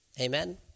amen